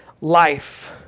life